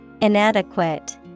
Inadequate